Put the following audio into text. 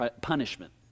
punishment